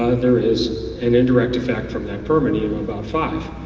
there is an indirect effect from that perminy in and about five.